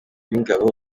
w’ingabo